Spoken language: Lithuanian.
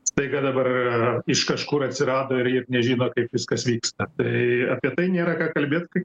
staiga dabar iš kažkur atsirado ir jie nežino kaip viskas vyksta tai apie tai nėra ką kalbėt kai